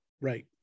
Right